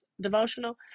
devotional